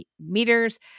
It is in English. meters